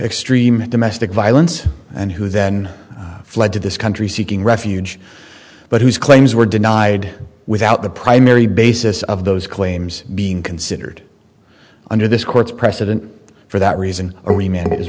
extreme domestic violence and who then fled to this country seeking refuge but whose claims were denied without the primary basis of those claims being considered under this court's precedent for that reason are we m